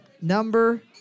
number